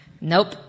Nope